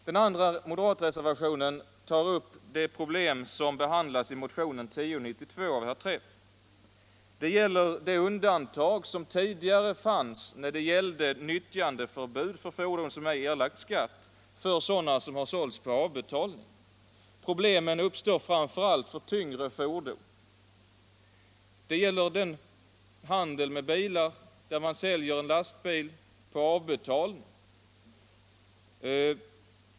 Den andra moderatreservationen tar upp ett problem som behandlas i motionen 1092 av herr Träff m.fl. Det gäller det undantag som tidigare fanns i fråga om nyttjandeförbud för fordon som sålts på avbetalning och för vilka ej erlagts skatt. Problemen uppstår framför allt när det gäller tyngre fordon, t.ex. när man vid handel med bilar säljer en lastbil på avbetalning.